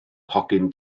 hogyn